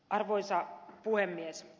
arvoisa puhemies